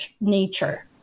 nature